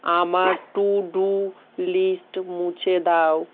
আমার to do list মুছে দাও